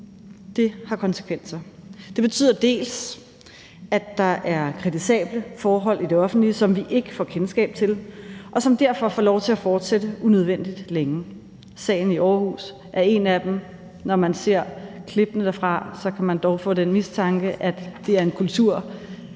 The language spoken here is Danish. Det har konsekvenser. Det betyder, at der er kritisable forhold i det offentlige, som vi ikke får kendskab til, og som derfor får lov til at fortsætte unødvendig længe. Sagen i Aarhus er en af dem, og når man ser klippene derfra, kan man dog få den mistanke, at det er en kultur